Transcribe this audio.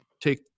take